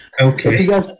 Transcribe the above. Okay